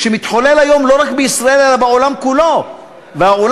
שמתחולל היום לא רק בישראל אלא בעולם כולו; והעולם,